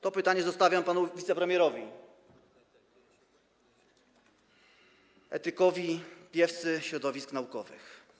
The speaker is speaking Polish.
To pytanie stawiam panu wicepremierowi, etykowi, piewcy środowisk naukowych.